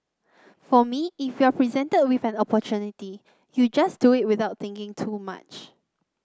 for me if you are presented with an opportunity you just do it without thinking too much